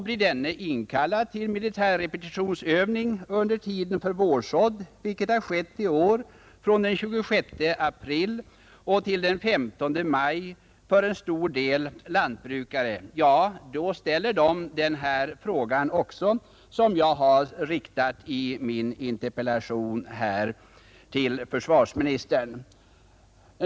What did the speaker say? Blir denne inkallad till militär repetionsövning under tiden för vårsådd, vilket har skett i år från den 26 april till den 15 maj för ett stort antal lantbrukare, då ställer många den fråga som jag har riktat till försvarsministern i min interpellation.